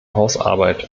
hausarbeit